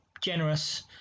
generous